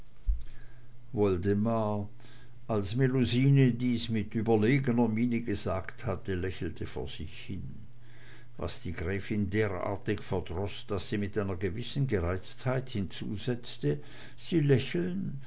woldemar als melusine dies mit überlegener miene gesagt hatte lächelte vor sich hin was die gräfin derartig verdroß daß sie mit einer gewissen gereiztheit hinzusetzte sie lächeln